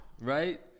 Right